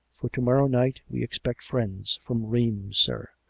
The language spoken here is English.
for to-morrow night we expect friends. from rheims, sir.